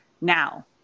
Now